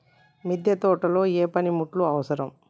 మిద్దె తోటలో ఏ పనిముట్లు అవసరం?